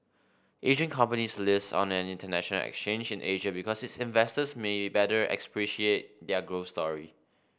Asian companies list on an international exchange in Asia because its investors may better appreciate their growth story